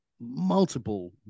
multiple